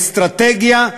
אסטרטגיה,